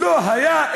לא היה,